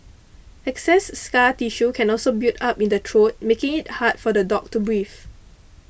excess scar tissue can also build up in the true making it hard for the dog to breathe